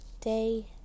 day